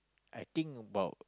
I think about